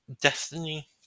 destiny